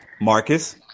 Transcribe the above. Marcus